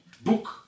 book